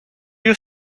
you